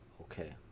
Okay